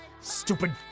Stupid